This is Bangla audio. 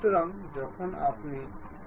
পরবর্তী ধরনের মেট হল ট্যান্জেন্ট